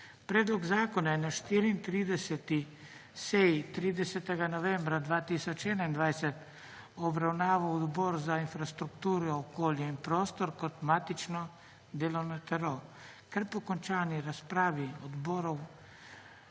Predlog zakona je na 34. seji 30. novembra 2021 obravnaval Odbor za infrastrukturo, okolje in prostor kot matično delovno telo. Ker po končani razpravi odbor